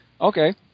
Okay